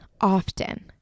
often